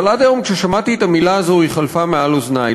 אבל עד היום כששמעתי את המילה הזו היא חלפה מעל אוזני,